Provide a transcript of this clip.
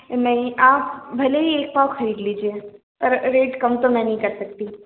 नहीं आप भले ही एक पाव खरीद लीजिए पर रेट कम तो नहीं कर सकती